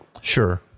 Sure